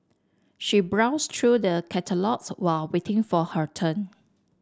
she browsed through the catalogues while waiting for her turn